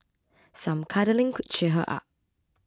some cuddling could cheer her up